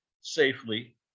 safely